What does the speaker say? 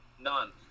None